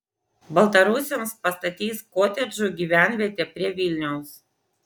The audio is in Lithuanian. baltarusiams pastatys kotedžų gyvenvietę prie vilniaus